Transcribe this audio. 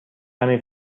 کمی